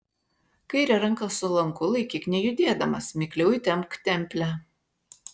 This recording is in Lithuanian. kairę ranką su lanku laikyk nejudėdamas mikliau įtempk templę